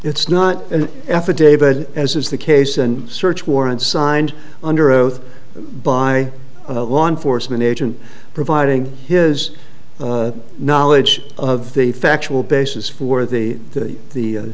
it's not an affidavit as is the case and search warrant signed under oath by a law enforcement agent providing his knowledge of the factual basis for the